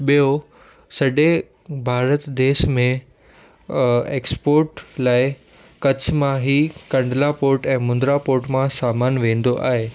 ॿियो सॾे भारत देश में एक्सपोर्ट लाइ कच्छ मां ही कंडिला पोर्ट ऐं मुंडिला पोर्ट मां सामान वेंदो आहे